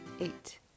Eight